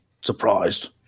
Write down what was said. surprised